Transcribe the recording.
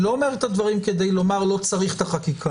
אני לא אומר את הדברים כדי לומר: לא צריך את החקיקה.